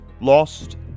lost